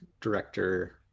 director